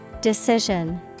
Decision